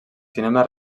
cinema